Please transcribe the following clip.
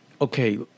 okay